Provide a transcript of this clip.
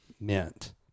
meant